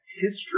history